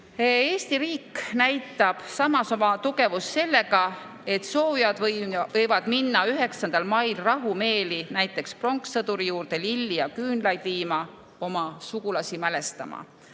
Eesti riik näitab samas oma tugevust sellega, et soovijad võivad minna 9. mail rahumeeli näiteks pronkssõduri juurde lilli ja küünlaid viima, oma sugulasi mälestama.